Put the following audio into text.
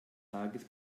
tages